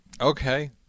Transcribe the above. Okay